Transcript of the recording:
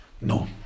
No